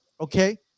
okay